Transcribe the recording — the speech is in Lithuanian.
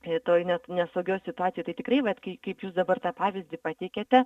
toj net nesaugioj situacijoj tai tikrai vat kai kaip jūs dabar tą pavyzdį pateikiate